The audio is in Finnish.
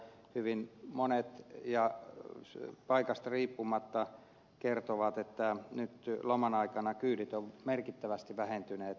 hyvin monet paikasta riippumatta kertovat että nyt laman aikana kyydit ovat merkittävästi vähentyneet